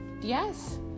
Yes